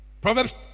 Proverbs